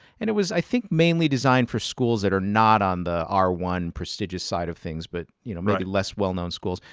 and it was i think mainly designed for schools that are not on the r one prestigious side of things, but you know maybe less well-known schools.